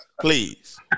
Please